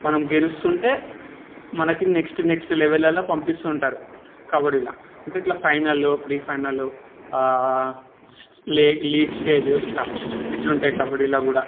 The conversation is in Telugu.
మనం గెలుస్తుంటే మనకి నెక్స్ట్ నెక్స్ట్ లెవెల్ అలా పంపిస్తుంటారు కబడ్డీల ఇట్ల final pre final like league stage ఇట్లుంటాయి కబడ్డీల కూడా